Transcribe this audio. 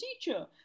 teacher